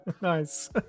Nice